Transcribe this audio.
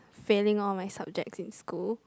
failing all my subjects in school